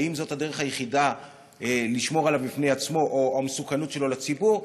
האם זאת הדרך היחידה לשמור עליו מפני עצמו או מהמסוכנות שלו לציבור?